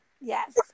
Yes